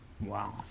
Wow